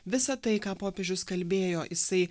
visa tai ką popiežius kalbėjo jisai